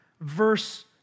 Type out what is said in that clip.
verse